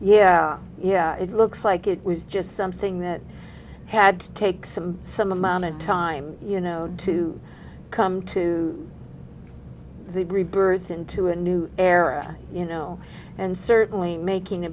yeah yeah it looks like it was just something that had to take some some amount of time you know to come to the rebirth into a new era you know and certainly making a